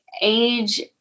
age